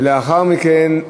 ולאחר מכן,